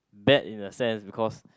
bad in a sense because